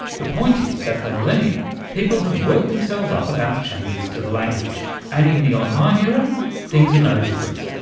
the point is that for millennia people have worked themselves up about changes to the language and in the online era things are no different.